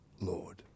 Lord